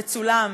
מצולם,